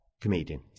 Comedian